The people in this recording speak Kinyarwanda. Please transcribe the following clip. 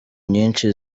nyinshi